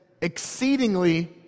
exceedingly